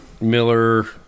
Miller